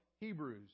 Hebrews